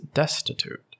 destitute